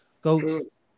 goats